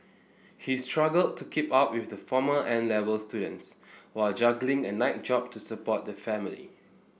he struggled to keep up with former 'N' Level students while juggling a night job to support the family